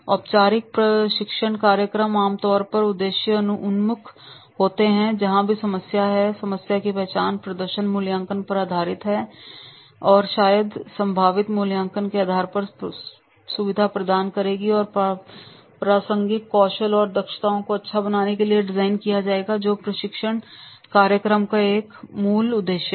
औपचारिक प्रशिक्षण कार्यक्रम आमतौर पर उद्देश्य उन्मुख होते हैं कि जहां भी समस्या है समस्या की पहचान प्रदर्शन मूल्यांकन पर आधारित होगी या शायद संभावित मूल्यांकन के आधार पर सुविधा प्रदान करेगी और प्रासंगिक कौशल और दक्षताओं को अच्छा बनाने के लिए डिज़ाइन किया गया है जो प्रशिक्षण कार्यक्रम का एक मूल उद्देश्य है